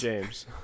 James